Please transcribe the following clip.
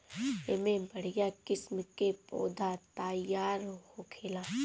एमे बढ़िया किस्म के पौधा तईयार होखेला